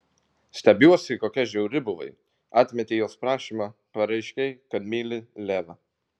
stebiuosi kokia žiauri buvai atmetei jos prašymą pareiškei kad myli levą